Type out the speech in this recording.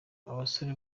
abasore